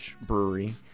Brewery